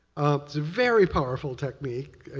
it's a very powerful technique.